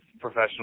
professional